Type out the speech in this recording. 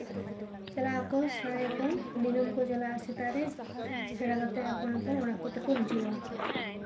ᱪᱟᱞᱟᱜ ᱟᱠᱚ ᱥᱮᱬᱟᱭᱟᱠᱚ ᱫᱤᱱᱟᱹᱢ ᱠᱚ ᱪᱟᱞᱟᱜᱼᱟ ᱥᱮᱛᱟᱜ ᱨᱮ ᱥᱮᱬᱟ ᱠᱟᱛᱮ ᱟᱯᱚᱱ ᱟᱯᱚᱱ ᱚᱲᱟᱜ ᱠᱚᱛᱮ ᱠᱚ ᱦᱤᱡᱩᱜᱼᱟ